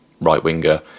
right-winger